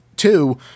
Two